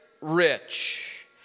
rich